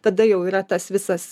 tada jau yra tas visas